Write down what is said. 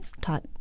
taught